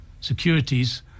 securities